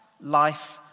life